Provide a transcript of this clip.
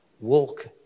Walk